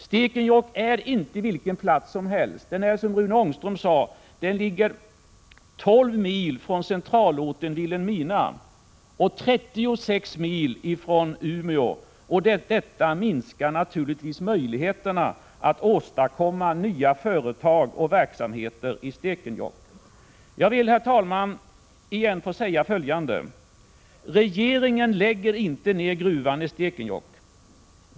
Stekenjokk är inte vilken plats som helst, den ligger, som Rune Ångström sade, 12 mil från centralorten Vilhelmina och 36 mil från Umeå. Detta minskar naturligtvis möjligheterna att åstadkomma nya företag och verksamheter i Stekenjokk. Jag vill på nytt, herr talman, få säga följande: Regeringen lägger inte ned gruvan i Stekenjokk.